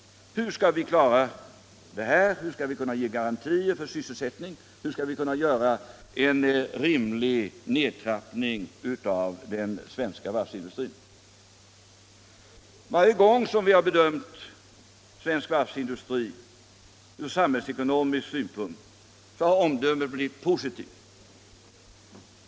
Hur skall vi klara detta? Hur skall vi kunna ge garantier för sysselsättning och hur skall vi kunna göra en rimlig nedtrappning av den svenska varvsindustrin? Varje gång som vi har bedömt svensk varvsindustri ur samhällsekonomisk synpunkt har omdömet blivit positivt.